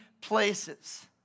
places